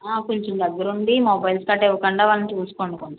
కొంచెం దగ్గరుండి mobile phones గట్రా ఇవ్వకండా వాళ్ళని చూసుకోండి కొంచెం